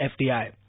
FDI